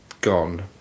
gone